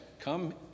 come